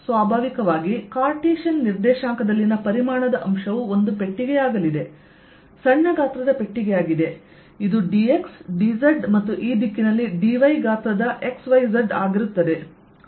ಸ್ವಾಭಾವಿಕವಾಗಿ ಕಾರ್ಟಿಸಿಯನ್ ನಿರ್ದೇಶಾಂಕದಲ್ಲಿನ ಪರಿಮಾಣದ ಅಂಶವು ಒಂದು ಪೆಟ್ಟಿಗೆಯಾಗಲಿದೆ ಸಣ್ಣ ಗಾತ್ರದ ಪೆಟ್ಟಿಗೆಯಾಗಿದೆ ಇದು dx dz ಮತ್ತು ಈ ದಿಕ್ಕಿನಲ್ಲಿ dy ಗಾತ್ರದ x y z ಆಗಿರುತ್ತದೆ